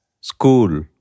school